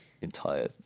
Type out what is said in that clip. entire